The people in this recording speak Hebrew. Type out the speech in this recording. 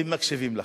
הם מקשיבים לך.